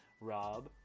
Rob